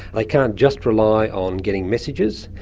like can't just rely on getting messages.